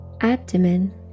abdomen